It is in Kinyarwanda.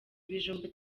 ibijumba